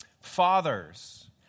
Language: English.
Fathers